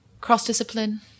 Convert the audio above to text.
cross-discipline